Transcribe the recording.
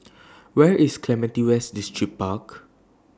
Where IS Clementi West Distripark